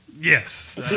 Yes